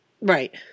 right